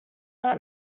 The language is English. not